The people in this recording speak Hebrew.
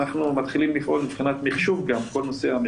אנחנו מתחילים לפעול גם מבחינת מחשוב קנסות,